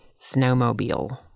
snowmobile